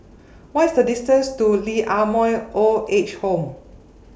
What IS The distance to Lee Ah Mooi Old Age Home